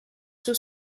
suo